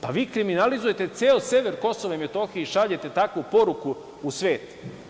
Pa, vi kriminalizujete ceo sever Kosova i Metohije i šaljete takvu poruku u svet.